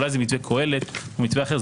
אולי זה מתווה קהלת או מתווה אחר,